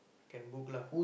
can book lah